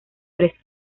tres